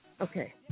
Okay